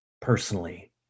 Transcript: personally